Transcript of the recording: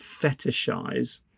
fetishize